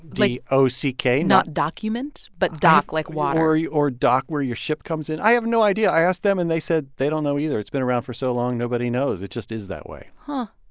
o c k not document, but dock like water? yeah or dock where your ship comes in. i have no idea. i asked them and they said they don't know either. it's been around for so long, nobody knows. it just is that way huh